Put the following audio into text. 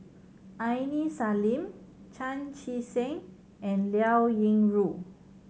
Aini Salim Chan Chee Seng and Liao Yingru